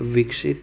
વિકસિત